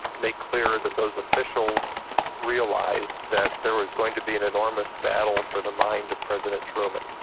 make clear that those officials realised that there was going to be an enormous battle for the mind of president truman,